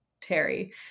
Terry